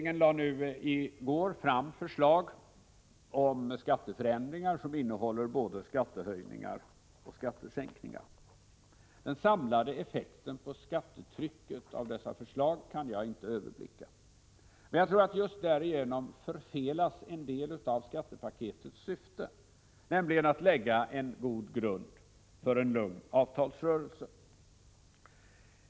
I går lade regeringen fram förslag som innebär både skattehöjningar och skattesänkningar. Den samlade effekten på skattetrycket kan jag inte överblicka. Jag tror att just därigenom förfelas en del av skattepaketets syfte, att lägga en god grund för en lugn avtalsrörelse.